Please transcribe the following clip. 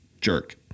jerk